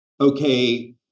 okay